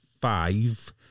five